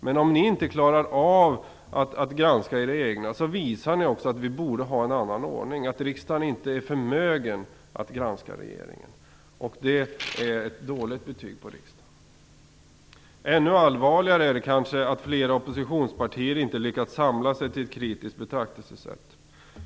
Men om man inte klarar av att granska sina egna visar man också att vi borde ha en annan ordning och att riksdagen inte är förmögen att granska regeringen, och det är ett dåligt betyg på riksdagen. Ännu allvarligare är det kanske att flera oppositionspartier inte lyckats samla sig till ett kritiskt betraktelsesätt.